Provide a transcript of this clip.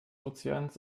ozeans